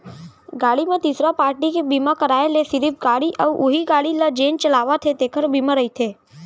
गाड़ी म तीसरा पारटी के बीमा कराय ले सिरिफ गाड़ी अउ उहीं गाड़ी ल जेन चलावत हे तेखर बीमा रहिथे